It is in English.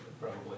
probably-